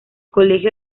colegio